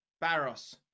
Barros